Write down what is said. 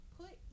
put